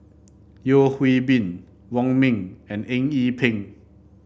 Yeo Hwee Bin Wong Ming and Eng Yee Peng